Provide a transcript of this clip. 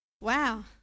Wow